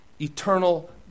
eternal